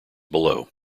below